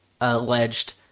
alleged